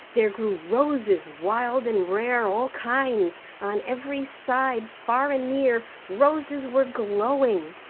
there grew roses wild and rare all kinds. on every side, far and near, roses were glowing.